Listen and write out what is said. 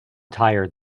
tired